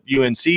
UNC